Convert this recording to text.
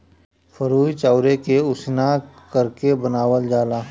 फरुई चाउरे के उसिना करके बनावल जाला